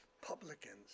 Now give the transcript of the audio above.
publicans